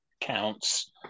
counts